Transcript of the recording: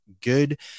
good